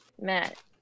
Matt